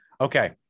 Okay